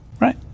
Right